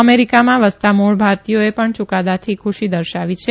અમેરીકામાં વસતા મુળ ભારતીથોએ પણ યુકાદાથી ખુશી દર્શાવી છે